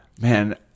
Man